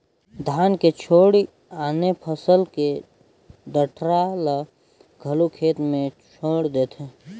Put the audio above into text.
धान के छोयड़ आने फसल के डंठरा ल घलो खेत मे छोयड़ देथे